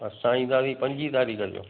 असां ईंदासीं पंजीं तारीख़ जो